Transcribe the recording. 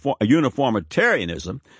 uniformitarianism